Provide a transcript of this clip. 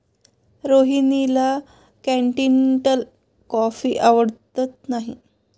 रोहिणीला continental coffee आवडत नाही